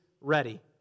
ready